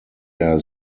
der